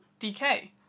DK